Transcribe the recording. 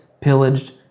pillaged